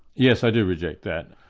yes, i do reject that.